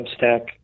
substack